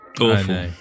Awful